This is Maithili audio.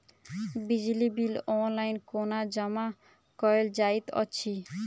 बिजली बिल ऑनलाइन कोना जमा कएल जाइत अछि?